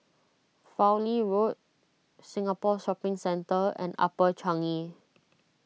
Fowlie Road Singapore Shopping Centre and Upper Changi